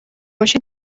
کشی